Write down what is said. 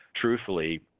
truthfully